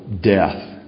death